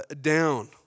down